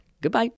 Goodbye